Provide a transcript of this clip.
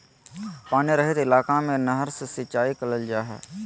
पानी रहित इलाका में नहर से सिंचाई कईल जा हइ